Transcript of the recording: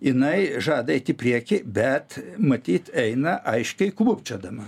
jinai žada eit į priekį bet matyt eina aiškiai klupčiodama